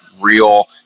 real